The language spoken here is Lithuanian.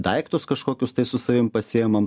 daiktus kažkokius tai su savim pasiimame